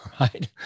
right